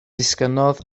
disgynnodd